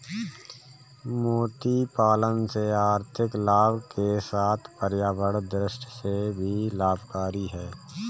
मोती पालन से आर्थिक लाभ के साथ पर्यावरण दृष्टि से भी लाभकरी है